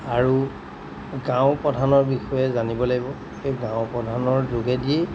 আৰু গাঁও প্ৰধানৰ বিষয়ে জানিব লাগিব সেই গাঁও প্ৰধানৰ যোগেদি